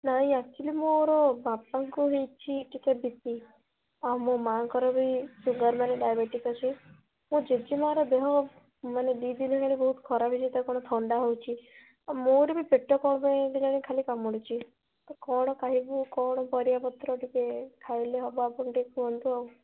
ନାଇଁ ଆକ୍ଚ୍ୟୁଆଲି ମୋର ବାପାଙ୍କୁ ହେଇଛି ଟିକିଏ ବି ପି ଆଉ ମୋ ମାଆଙ୍କର ବି ସୁଗାର୍ ମାନେ ଡାଇବେଟିକ୍ ଅଛି ମୋ ଜେଜେମାର ଦେହ ମାନେ ଦୁଇ ଦିନ ହେଲାଣି ବହୁତ ଖରାପ ହେଇଯାଇଛି ତାକୁ ଏବେ ଥଣ୍ଡା ହେଉଛି ଆଉ ମୋର ବି ପେଟ କ'ଣ ପାଇଁ କେଜାଣି ଖାଲି କାମୁଡ଼ୁଛି ତ କ'ଣ ଖାଇବୁ କ'ଣ ପରିବାପତ୍ର ଟିକିଏ ଖାଇଲେ ହେବ ଆପଣ ଟିକିଏ କୁହନ୍ତୁ ଆଉ